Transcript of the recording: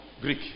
Greek